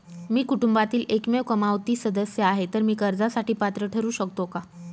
मी कुटुंबातील एकमेव कमावती सदस्य आहे, तर मी कर्जासाठी पात्र ठरु शकतो का?